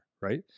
right